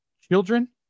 children